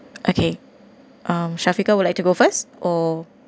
okay um shafiqah would like to go first or